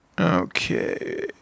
Okay